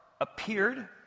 appeared